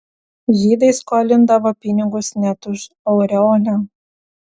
žydai skolindavo pinigus net už aureolę